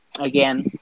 again